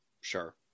Sure